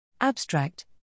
Abstract